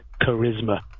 charisma